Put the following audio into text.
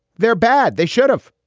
they're bad. they should have.